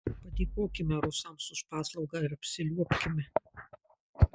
padėkokime rusams už paslaugą ir apsiliuobkime